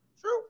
True